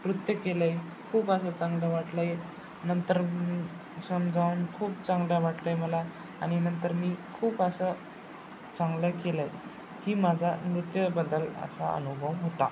नृत्य केलं आहे खूप असं चांगलं वाटलं आहे नंतर मी समजावून खूप चांगलं वाटलं आहे मला आणि नंतर मी खूप असं चांगलं केलं आहे ही माझा नृत्यबद्दल असा अनुभव होता